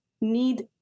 need